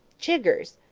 jiggers!